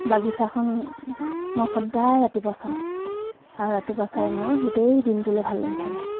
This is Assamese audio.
বাগিচাখন মই সদায় ৰাতিপুৱা চাওঁ আৰু ৰাতিপুৱা চায়েই মোৰ গোটেই দিনটোলৈ ভাল লাগি থাকে